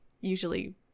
usually